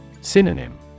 Synonym